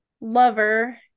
lover